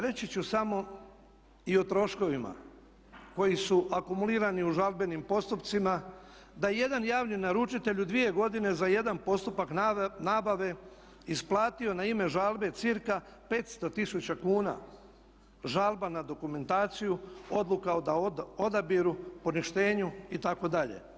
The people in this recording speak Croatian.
Reći ću samo i o troškovima koji su akumulirani u žalbenih postupcima da je jedan javni naručitelj u dvije godine za jedan postupak nabave isplatio na ime žalbe cca. 500 tisuća kuna žalba na dokumentaciju, odluka o odabiru, poništenju itd.